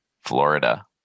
Florida